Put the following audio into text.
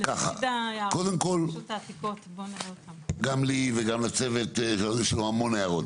קודם כל גם לי וגם לצוות יש לנו המון הערות